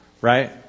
Right